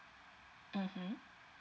(uh huh)